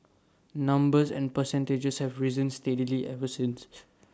numbers and percentages have risen steadily ever since